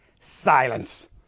silence